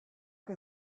can